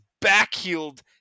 back-heeled